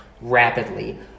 rapidly